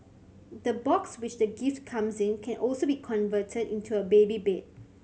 the box which the gift comes in can also be converted into a baby bed